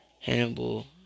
Hannibal